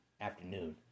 afternoon